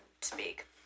speak